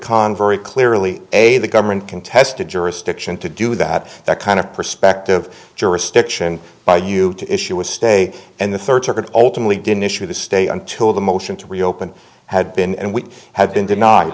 con very clearly a the government contested jurisdiction to do that that kind of perspective jurisdiction by you to issue a stay and the third circuit ultimately didn't issue the stay until the motion to reopen had been and we had been den